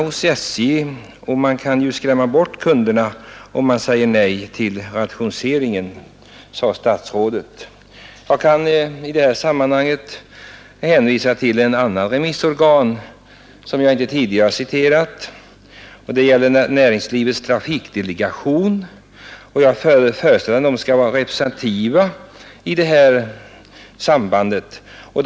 Han säger att man kan skrämma bort kunderna om man säger nej till rationaliseringar. Jag kan i det här sammanhanget hänvisa till ett annat remissorgan som jag inte tidigare citerat, nämligen Näringslivets trafikdelegation. Jag föreställer mig att denna skall vara representativ i detta sammanhang.